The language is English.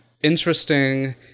interesting